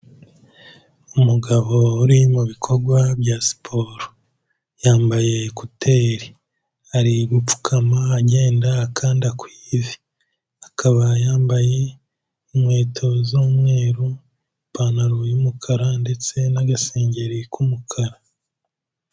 Umugabo uri mu bikorwa bya siporo. Yambaye kuteri. Ari gupfukama agenda akanda ku ivi. Akaba yambaye inkweto z'umweru, ipantaro y'umukara ndetse n'agasengeri k'umukara.